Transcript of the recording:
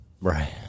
Right